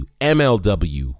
MLW